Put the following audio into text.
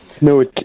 No